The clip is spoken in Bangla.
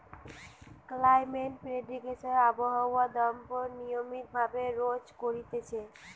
ক্লাইমেট প্রেডিকশন আবহাওয়া দপ্তর নিয়মিত ভাবে রোজ করতিছে